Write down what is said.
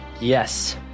yes